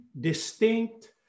distinct